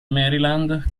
maryland